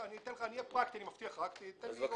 אהיה פרקטי, אני מבטיח, רק תן לי עוד שתי דקות.